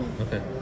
Okay